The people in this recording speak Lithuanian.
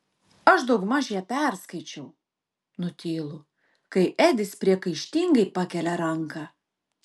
aš daugmaž ją perskaičiau nutylu kai edis priekaištingai pakelia ranką